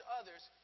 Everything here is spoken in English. others